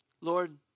Lord